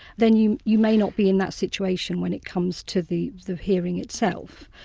then you you may not be in that situation when it comes to the the hearing itself.